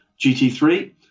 gt3